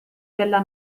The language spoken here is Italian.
bella